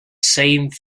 same